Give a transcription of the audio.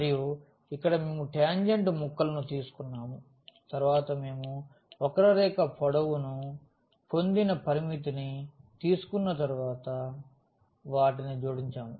మరియు ఇక్కడ మేము టాంజెంట్ ముక్కలను తీసుకున్నాము తరువాత మేము వక్ర రేఖ పొడవు ను పొందిన పరిమితిని తీసుకున్న తరువాత వాటిని జోడించాము